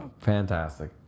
fantastic